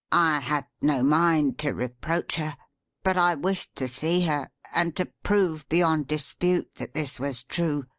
had no mind to reproach her but i wished to see her, and to prove beyond dispute that this was true.